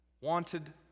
wanted